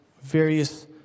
Various